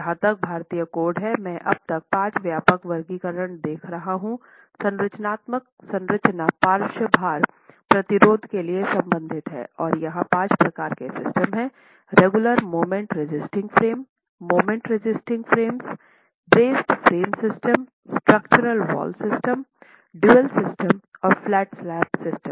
जहाँ तक भारतीय कोड हैं मैं अब तक 5 व्यापक वर्गीकरण देख रहा हूं संरचनात्मक संरचना पार्श्व भार प्रतिरोध के लिए संबंधित हैं और यहां 5 प्रकार के सिस्टम हैं रेगुलर मोमेंट रेसिस्टिंग फ्रेम्स विशेष नियमों के साथ moment resisting frames braced frame system structural wall system dual system flat slab system